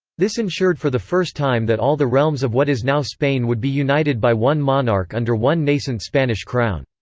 this ensured for the first time that all the realms of what is now spain would be united by one monarch under one nascent spanish crown.